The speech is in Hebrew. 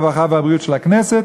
הרווחה והבריאות של הכנסת,